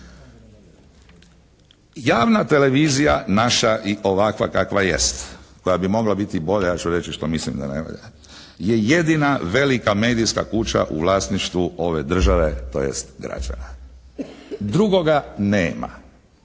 Javna televizija naša i ovakva kakva jest koja bi mogla biti bolja ja ću reći što mislim da ne valja je jedina velika medijska kuća u vlasništvu ove države, tj. građana. Drugoga nema.